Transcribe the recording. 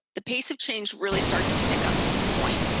the pace of change really starts to pick up at this point.